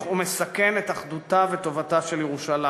ומסכן את אחדותה וטובתה של ירושלים,